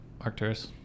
Arcturus